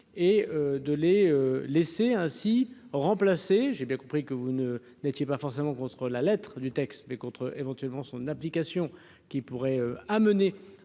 et de les laisser ainsi remplacé j'ai bien compris que vous ne n'étiez pas forcément contre la lettre du texte mais contre éventuellement son application qui pourrait amener